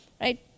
right